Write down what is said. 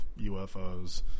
UFOs